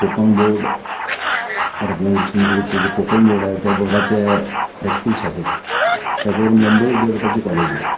Konkan board Ratnagiri सिंधुदुर्गचं जे Konkan board आहे त्या बोर्डाचे हायस्कूल्स आहेत त्याच बरोबर मुंबई विद्यापीठाचे कॉलेज आहेत